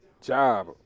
job